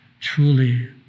truly